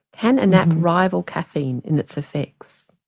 and and nap rival caffeine in its effects?